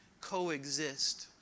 coexist